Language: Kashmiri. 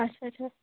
اَچھا اَچھا اَچھا